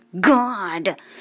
God